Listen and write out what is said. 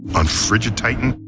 on frigid titan,